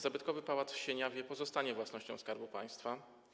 Zabytkowy pałac w Sieniawie pozostanie własnością Skarbu Państwa.